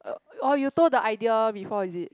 uh oh you told the idea before is it